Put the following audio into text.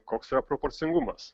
koks yra proporcingumas